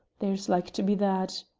there's like to be that!